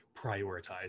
prioritize